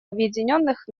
объединенных